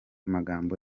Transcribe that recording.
magambo